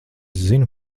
zinu